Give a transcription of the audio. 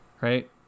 right